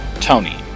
Tony